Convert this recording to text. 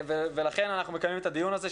לכן אנחנו מקיימים את הדיון הזה,